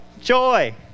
Joy